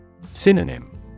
Synonym